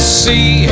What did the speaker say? see